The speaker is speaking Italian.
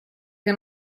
che